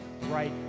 right